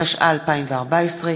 התשע"ה 2014,